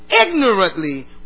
ignorantly